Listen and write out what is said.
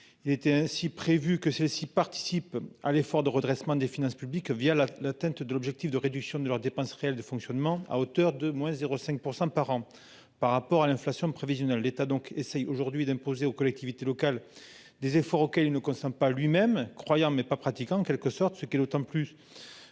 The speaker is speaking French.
Il était ainsi prévu que celles-ci. À l'effort de redressement des finances publiques, via la l'atteinte d'objectifs de réduction de leurs dépenses réelles de fonctionnement à hauteur de moins 0 5 % par an par rapport à l'inflation prévisionnelle l'état donc c'est aujourd'hui d'imposer aux collectivités locales des efforts auxquels il ne concerne pas lui-même croyant mais pas pratiquant en quelque sorte ce qui est d'autant plus.